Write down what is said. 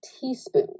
teaspoon